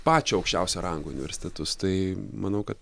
pačio aukščiausio rango universitetus tai manau kad